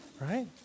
Right